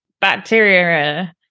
Bacteria